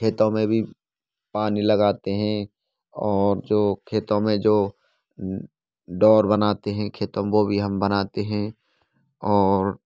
खेतों में भी पानी लगातें हैं और जो खेतों में जो डोर बनाते हैं खेतों में वो भी हम बनाते हैं और